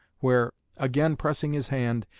where, again pressing his hand,